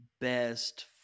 best